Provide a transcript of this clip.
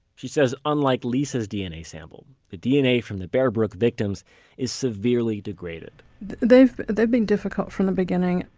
she says unlike lisa's dna sample, the dna from the bear brook victims' is severely degraded they've they've been difficult from the beginning.